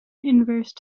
inverse